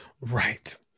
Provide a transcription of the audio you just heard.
right